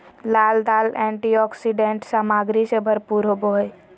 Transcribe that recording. लाल दाल एंटीऑक्सीडेंट सामग्री से भरपूर होबो हइ